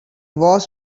wars